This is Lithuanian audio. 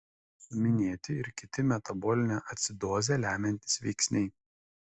suminėti ir kiti metabolinę acidozę lemiantys veiksniai